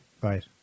Right